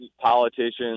politicians